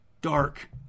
dark